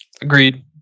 Agreed